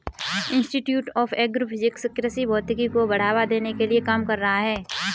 institute of agro physics कृषि भौतिकी को बढ़ावा देने के लिए काम कर रहा है